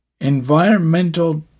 environmental